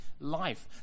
life